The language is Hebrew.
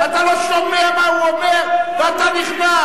אתה לא שומע מה הוא אומר, ואתה נכנס.